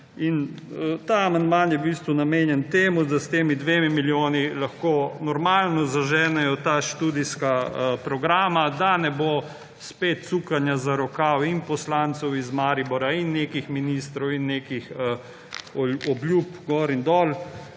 Ta amandma je v bistvu namenjen temu, da s tema dvema milijonoma lahko normalno zaženejo ta študijska programa, da ne bo spet cukanja za rokav poslancev iz Maribora in nekih ministrov in nekih obljub gor in dol.